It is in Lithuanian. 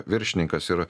viršininkas ir